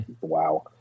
Wow